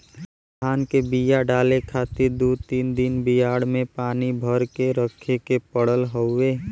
धान के बिया डाले खातिर दू तीन दिन बियाड़ में पानी भर के रखे के पड़त हउवे